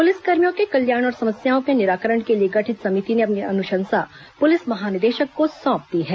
police कर्मियों के कल्याण और समस्याओं के निराकरण के लिए गठित समिति ने अपनी अनुशंसा पुलिस महानिदेशक को सौंप दी है